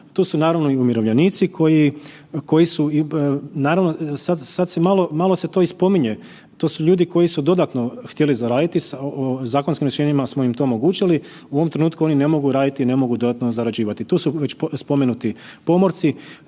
Tu su naravno i umirovljenici koji, koji su naravno sad se malo to i spominje, to su ljudi koji su dodatno htjeli zaraditi, zakonskim rješenjima smo im to omogućili, u ovom trenutku oni ne mogu raditi, ne mogu dodatno zarađivati. Tu su već spomenuti pomorci,